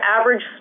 average